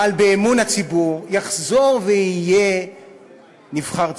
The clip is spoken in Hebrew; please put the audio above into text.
מעל באמון הציבור, יחזור ויהיה נבחר ציבור.